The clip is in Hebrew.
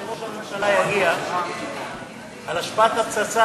עד שראש הממשלה יגיע תן הרצאה על השפעת הפצצה